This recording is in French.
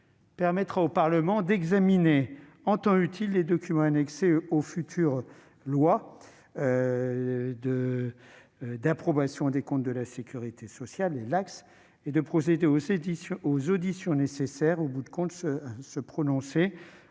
permettra au Parlement d'examiner en temps utile les documents annexés aux futures lois d'approbation des comptes de la sécurité sociale, d'effectuer les auditions nécessaires et, au bout du compte, de se prononcer